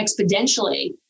exponentially